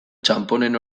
txanponen